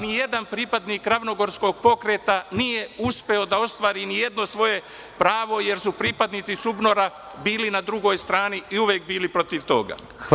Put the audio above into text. Nijedan pripadnik ravnogorskog pokreta nije uspeo da ostvari nijedno svoje pravo, jer su pripadnici SUBNOR-a bili na drugoj strani i uvek bili protiv toga.